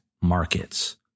markets